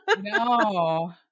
No